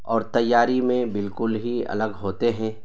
اور تیاری میں بالکل ہی الگ ہوتے ہیں